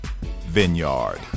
vineyard